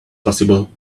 possible